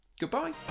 Goodbye